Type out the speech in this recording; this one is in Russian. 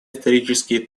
исторический